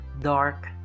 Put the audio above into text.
dark